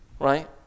right